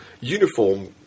uniform